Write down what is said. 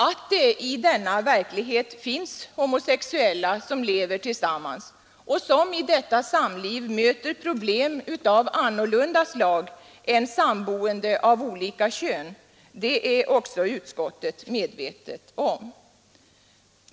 Att det i denna verklighet finns homosexuella som lever tillsammans och som i detta samliv möter problem av annat slag än samboende av olika kön är också utskottet medvetet om.